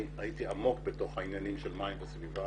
הייתי עמוק בתוך העניינים של מים וסביבה